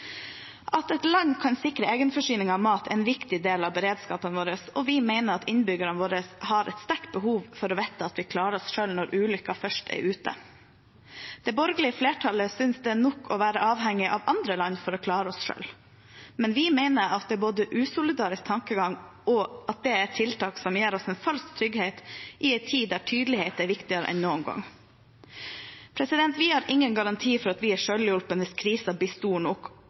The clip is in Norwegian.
kan sikre egenforsyning av mat, er en viktig del av beredskapen vår, og vi mener at innbyggerne våre har et sterkt behov for å vite at vi klarer oss selv når ulykken først er ute. Det borgerlige flertallet synes det er nok å være avhengig av andre land for at vi skal klare oss selv, men vi mener både at det er en usolidarisk tankegang, og at det er et tiltak som gir oss en falsk trygghet i en tid der tydelighet er viktigere enn noen gang. Vi har ingen garanti for at vi er selvhjulpne hvis krisen blir stor nok,